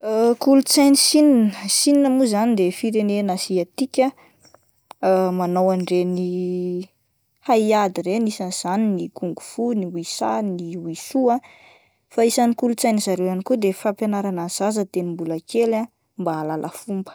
Kolotsain'i Sina, Sina mo zany de firenena aziatika manao an'ireny hay ady ireny, isan'izany ny kungfu, ny wisa, ny wishu ah, fa isan'ny kolotsainy zareo ihany koa de ny fampianarana ny zaza de ny mbola kely mba ahalala fomba.